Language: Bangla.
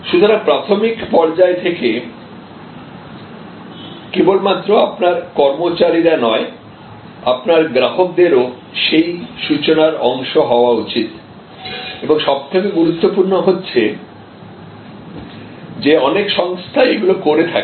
সুতরাং প্রাথমিক পর্যায় থেকে কেবলমাত্র আপনার কর্মচারীরা নয় আপনার গ্রাহকদেরও সেই সূচনার অংশ হওয়া উচিত এবং সবথেকে গুরুত্বপূর্ণ হচ্ছে যে অনেক সংস্থাই এগুলো করে থাকে